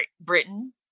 Britain